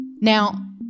Now